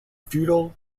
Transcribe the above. feudal